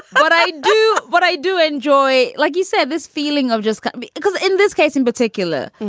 but what i do, what i do enjoy like you said, this feeling of just because in this case in particular,